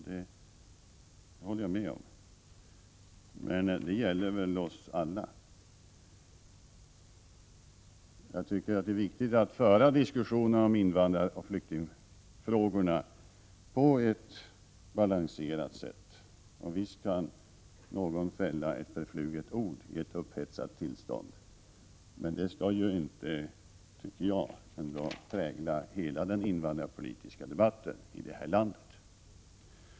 Det håller jag med om, men det gäller väl oss alla. Jag tycker att det är viktigt att föra diskussionen om invandraroch flyktingfrågorna på ett balanserat sätt. Visst kan någon yttra ett förfluget ord i ett upphetsat tillstånd. Men det skall ändå inte, tycker jag, prägla hela den invandrarpolitiska debatten här i landet.